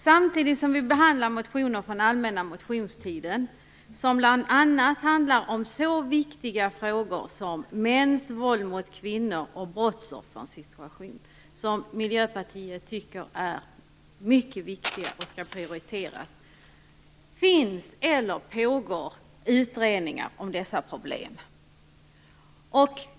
Samtidigt som vi behandlar motioner från allmänna motionstiden som bl.a. handlar om så viktiga frågor som mäns våld mot kvinnor och om brottsoffrens situation, något som det enligt Miljöpartiet är mycket viktigt att prioritera, pågår utredningar om dessa problem.